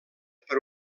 per